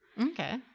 okay